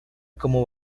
como